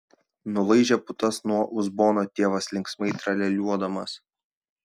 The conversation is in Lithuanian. nulaižė putas nuo uzbono tėvas linksmai tralialiuodamas